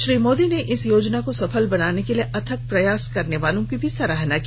श्री मोदी ने इस योजना को सफल बनाने के लिए अथक प्रयास करने वालों की भी सराहना की